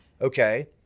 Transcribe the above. Okay